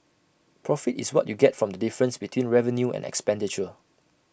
profit is what you get from difference between revenue and expenditure